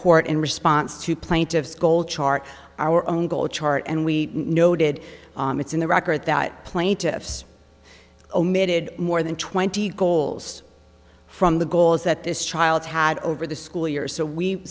court in response to plaintiff's goal chart our own goal chart and we noted it's in the record that plaintiffs omitted more than twenty goals from the goals that this child had over the school year so we